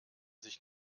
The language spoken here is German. sich